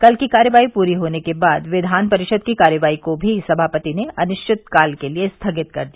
कल की कार्रवाई पूरी होने के बाद विधान परिषद की कार्यवाही को भी सभापति ने अनिश्चितकाल के लिये स्थगित कर दिया